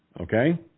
Okay